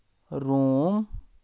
Rome